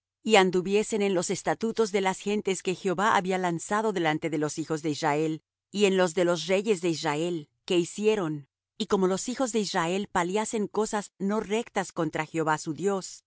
y anduviesen en los estatutos de las gentes que jehová había lanzado delante de los hijos de israel y en los de los reyes de israel que hicieron y como los hijos de israel paliasen cosas no rectas contra jehová su dios